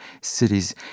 cities